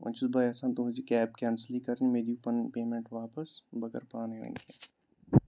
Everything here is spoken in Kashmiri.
وۄنۍ چھُس بہٕ یَژھان تُہٕنٛز یہِ کیب کینسٕلٕے کَرٕنۍ مےٚ دِیِو پَنٕنۍ پیمٮ۪نٛٹ واپَس بہٕ کَرٕ پانَے وۄنۍ کینٛہہ